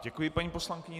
Děkuji paní poslankyni.